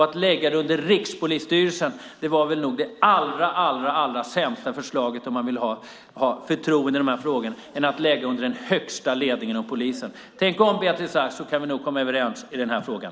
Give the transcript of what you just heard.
Att lägga det under Rikspolisstyrelsen var nog det allra sämsta förslaget, om man vill ha förtroende i de här frågorna, i stället för att lägga det under den högsta ledningen inom polisen. Tänk om, Beatrice Ask, så kan vi nog komma överens i den här frågan.